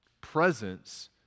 presence